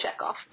checkoff